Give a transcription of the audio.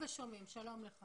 שלום.